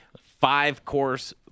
Five-course